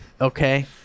Okay